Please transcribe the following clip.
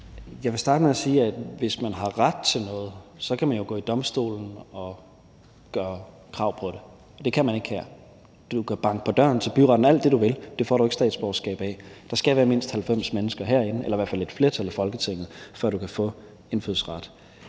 vil starte med at sige, at hvis man har ret til noget, kan man jo gå til domstolene og gøre krav på det – det kan man ikke her. Du kan banke på døren til byretten alt det, du vil, men det får du ikke statsborgerskab af. Der skal være mindst 90 mennesker herinde eller i hvert fald et flertal i Folketinget, før du kan få indfødsret.